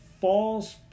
false